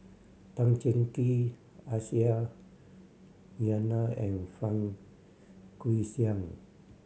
Tan Cheng Kee Aisyah Lyana and Fang Guixiang